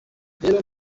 rero